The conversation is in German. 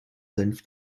senf